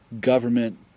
government